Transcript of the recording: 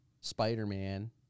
Spider-Man